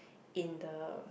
in the